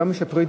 גם משפרי דיור.